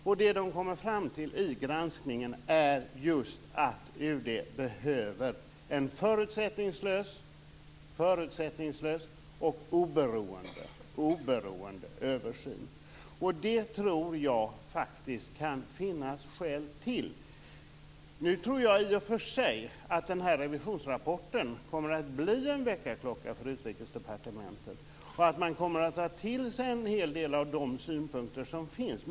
Och det de kommer fram till i granskningen är just att UD behöver en förutsättningslös och oberoende översyn. Det tror jag faktiskt att det kan finnas skäl till. Nu tror jag i och för sig att den här revisionsrapporten kommer att bli en väckarklocka för Utrikesdepartementet och att man kommer att ta till sig en hel del av de synpunkter som finns.